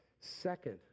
Second